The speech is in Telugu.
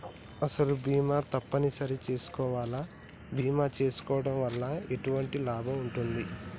అసలు బీమా తప్పని సరి చేసుకోవాలా? బీమా చేసుకోవడం వల్ల ఎటువంటి లాభం ఉంటది?